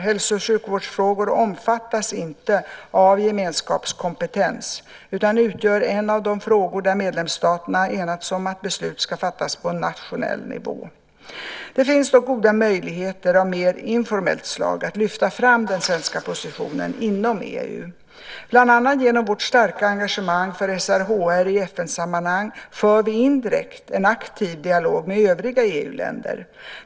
Hälso och sjukvårdsfrågor omfattas inte av gemenskapskompetensen, utan utgör en av de frågor, där medlemsstaterna enats om att beslut ska fattas på nationell nivå. Det finns dock goda möjligheter av mer informellt slag att lyfta fram den svenska positionen inom EU. Bland annat genom vårt starka engagemang för SRHR i FN-sammanhang för vi indirekt en aktiv dialog med övriga EU-länder.